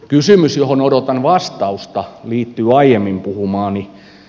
kysymys johon odotan vastausta liittyy aiemmin puhumaani